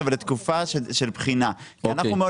אבל לתקופה של בחינה כי אנחנו מאוד